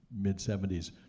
mid-70s